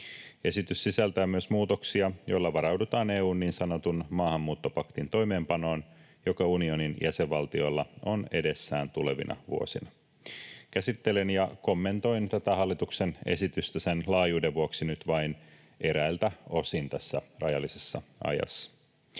Esitys sisältää myös muutoksia, joilla varaudutaan EU:n niin sanotun maahanmuuttopaktin toimeenpanoon, joka unionin jäsenvaltioilla on edessään tulevina vuosina. Käsittelen ja kommentoin tätä hallituksen esitystä sen laajuuden vuoksi nyt vain eräiltä osin tässä rajallisessa ajassa.